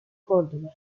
córdoba